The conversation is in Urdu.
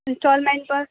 اسٹالمنٹ پر